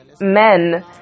men